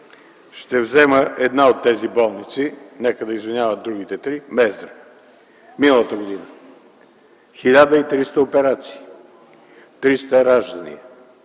Ще взема една от тези болници, нека да извиняват другите три – Мездра. Миналата година 1300 операции, 300 раждания,